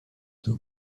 two